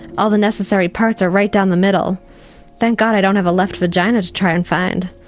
all the necessary parts are right down the middle thank god i don't have a left vagina to try and find.